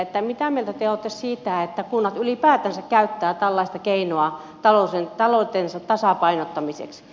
mitä mieltä te olette siitä että kunnat ylipäätänsä käyttävät tällaista keinoa taloutensa tasapainottamiseksi